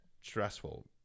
stressful